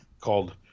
called